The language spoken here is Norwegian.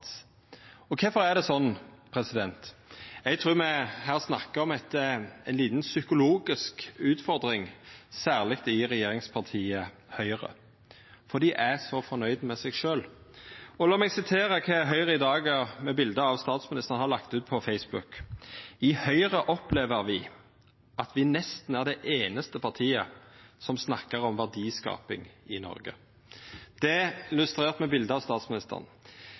innsats. Kvifor er det slik? Eg trur me her snakkar om ei lita psykologisk utfordring, særleg i regjeringspartiet Høgre, for dei er så fornøgde med seg sjølve. La meg sitera kva Høgre i dag, saman med eit bilde av statsministeren, har lagt ut på Facebook: «I Høyre opplever vi at vi nesten er det eneste partiet som snakker om verdiskaping i Norge.» Det er illustrert med eit bilde av statsministeren.